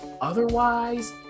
otherwise